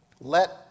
let